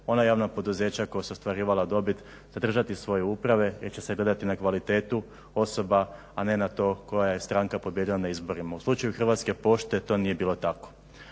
ona javna poduzeća koja su ostvarivala dobit zadržati svoje uprave jer će se gledati na kvalitetu osoba a ne na to koja je stranka pobijedila na izborima. U slučaju Hrvatske pošte to nije bilo tako.